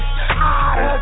out